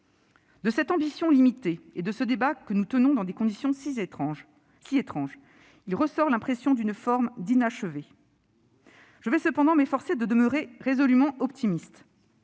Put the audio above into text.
De cette ambition limitée et de ce débat que nous avons dans des conditions si étranges, il ressort l'impression d'une forme d'inachevé. Je vais cependant m'efforcer de demeurer résolument optimiste